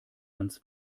ans